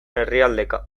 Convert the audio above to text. herrialdeka